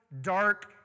dark